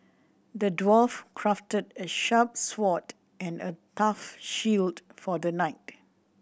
the dwarf crafted a sharp sword and a tough shield for the knight